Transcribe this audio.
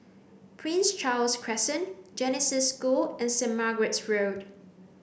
Prince Charles Crescent Genesis School and Saint Margaret's Road